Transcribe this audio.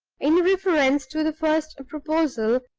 in reference to the first proposal,